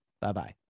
Bye-bye